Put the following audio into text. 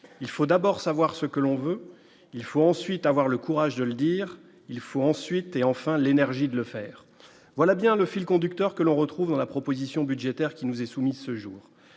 il faut d'abord savoir ce que l'on veut, il faut ensuite avoir le courage de le dire, il faut ensuite et enfin l'énergie de le faire, voilà bien le fil conducteur, que l'on retrouve dans la proposition budgétaire qui nous est soumis ce jour,